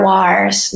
Wars